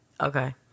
okay